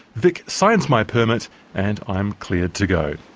vic signs my permit and i'm cleared to go.